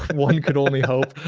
one could only hope.